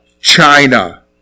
China